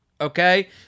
Okay